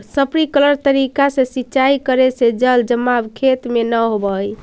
sprinkler तरीका से सिंचाई करे से जल जमाव खेत में न होवऽ हइ